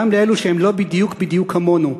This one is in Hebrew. גם לאלו שהם לא בדיוק בדיוק כמונו,